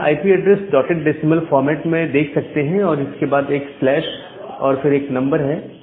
आप यहां IP address dotted decimal format में देख सकते हैं और इसके बाद एक स्लैश और फिर एक नंबर है